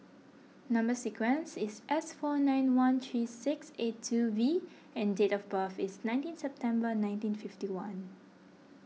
Number Sequence is S four nine one three six eight two V and date of birth is nineteen September nineteen fifty one